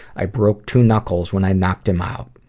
i broke two knuckles when i knocked him out.